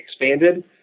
expanded